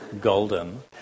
golden